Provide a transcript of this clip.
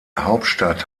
hauptstadt